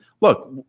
look